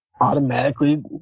automatically